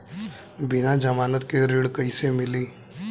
बिना जमानत के ऋण कईसे मिली?